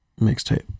mixtape